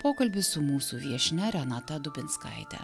pokalbis su mūsų viešnia renata dubinskaite